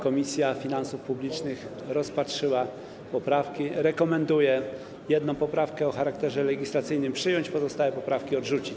Komisja Finansów Publicznych rozpatrzyła poprawki i rekomenduje jedną poprawkę o charakterze legislacyjnym przyjąć, a pozostałe poprawki odrzucić.